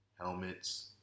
Helmets